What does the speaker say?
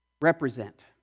Represent